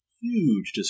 huge